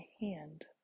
hand